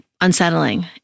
unsettling